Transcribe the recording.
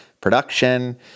production